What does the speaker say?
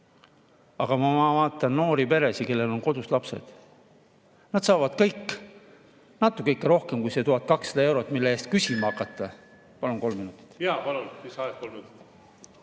Aga ma vaatan noori peresid, kellel on kodus lapsed. Nad saavad kõik natuke rohkem kui see 1200 eurot, mille puhul küsima hakata. Palun kolm minutit juurde. Jaa, palun! Lisaaeg kolm minutit.